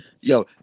Yo